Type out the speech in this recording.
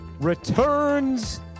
returns